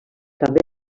també